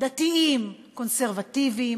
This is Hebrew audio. דתיים קונסרבטיבים,